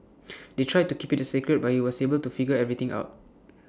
they tried to keep IT A secret but he was able to figure everything out